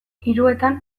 hiruetan